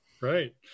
Right